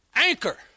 anchor